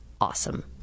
awesome